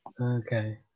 Okay